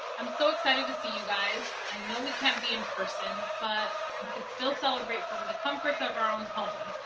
i'm so excited to see you guys. i know we can't be in person, but we could still celebrate from the comfort of our own home.